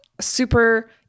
super